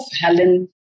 Helen